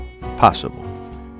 possible